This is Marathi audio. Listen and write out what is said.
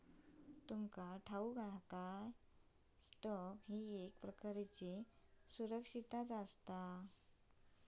तुमका ठाऊक हा काय, स्टॉक ही एक प्रकारची सुरक्षितता आसा?